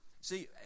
See